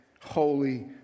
holy